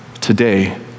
today